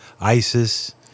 ISIS